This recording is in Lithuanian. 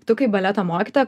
tu kaip baleto mokytoja